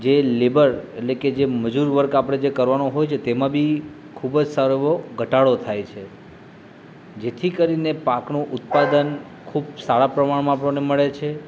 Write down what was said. જે લેબર એટલે કે જે મજૂર વર્ક આપણે જે કરવાનો હોય છે તેમાં બી ખૂબ જ સારો એવો ઘટાડો થાય છે જેથી કરીને પાકનું ઉત્પાદન ખૂબ સારા પ્રમાણમાં આપણને મળે છે